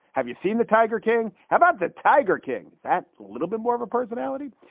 have you seen the tiger king? how about the tiger kings? that little bit more of a personality.